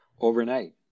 overnight